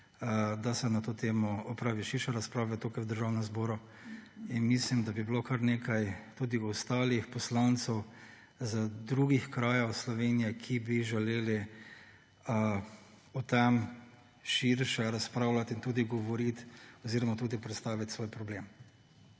da se na to temo opravi širša razprava tukaj v Državnem zboru. Mislim, da bi bilo tudi kar nekaj ostalih poslancev iz drugih krajev Slovenije, ki bi želeli o tem širše razpravljati in tudi govoriti oziroma tudi predstaviti svoj problem.